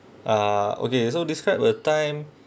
uh okay so describe the time